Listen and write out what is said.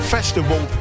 Festival